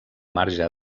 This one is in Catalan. marge